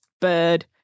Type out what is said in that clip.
bird